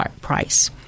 price